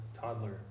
toddler